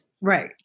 Right